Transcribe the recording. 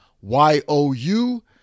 y-o-u